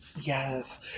Yes